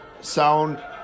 sound